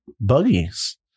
buggies